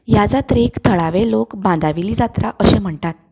ह्या जात्रेक थळावे लोक बांदा वयली जात्रा अशें म्हणटात